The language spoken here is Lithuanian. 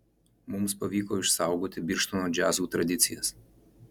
mums pavyko išsaugoti birštono džiazų tradicijas